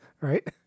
right